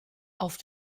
auf